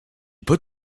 put